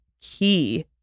key